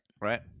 Right